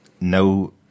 no